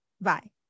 Bye